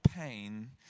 pain